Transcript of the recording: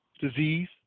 disease